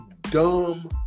dumb